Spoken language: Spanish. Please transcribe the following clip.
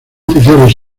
oficiales